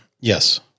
Yes